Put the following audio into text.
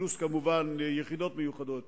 פלוס כמובן יחידות מיוחדות,